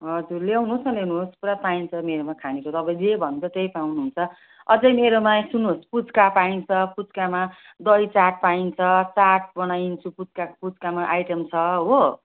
हजुर ल्याउनुहोस् न ल्याउनुहोस् पुरा पाइन्छ मेरोमा खानेकुरा तपाईँले जे भन्नुहुन्छ त्यही पाउनुहुन्छ अझै मेरोमा सुन्नुहोस् पुच्का पाइन्छ पुच्कामा दही चाट पाइन्छ चाट बनाइन्छु पुच्का पुच्कामा आइटम छ हो